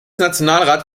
nationalrat